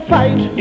fight